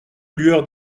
lueur